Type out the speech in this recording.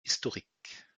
historiques